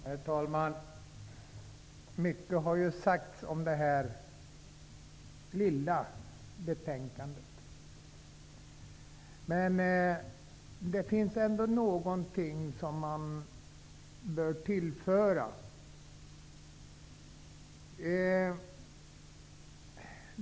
Herr talman! Mycket har ju sagts om det här lilla betänkandet. Man bör ändå tillfoga något.